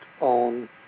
on